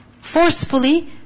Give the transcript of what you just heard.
Forcefully